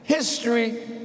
History